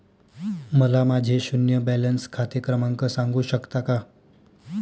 मला माझे शून्य बॅलन्स खाते क्रमांक सांगू शकता का?